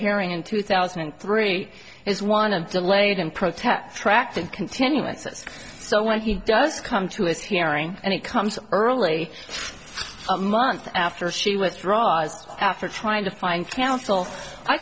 hearing in two thousand and three is one of delayed and protests tracked and continuances so when he does come to this hearing and it comes early a month after she withdraws after trying to find counsel i